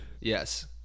yes